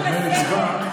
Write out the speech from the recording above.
הראש שלי עובד שעות נוספות.